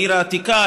לעיר העתיקה,